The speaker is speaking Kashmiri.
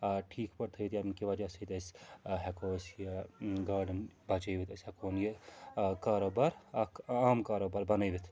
آ ٹھیٖک پٲٹھۍ تھٲوِتھ ییٚمہِ کہِ وجہ سۭتۍ أسۍ ہیٚکو أسۍ یہِ گاڈَن بَچٲوِتھ أسۍ ہیٚکہون یہِ آ کاروبار اَکھ عام کاروبار بَنٲوِتھ